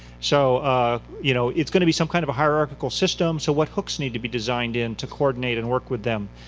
so you know it's going to be some kind of a hierarchical system, so what hooks needs to be designed in to coordinate and work with them?